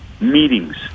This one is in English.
Meetings